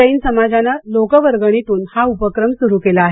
जैन समाजानं लोकवर्गणीतून हा उपक्रम सुरू केला आहे